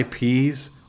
IPs